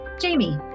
Jamie